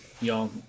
y'all